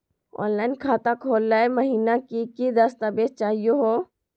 Online खाता खोलै महिना की की दस्तावेज चाहीयो हो?